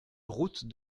route